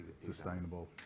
sustainable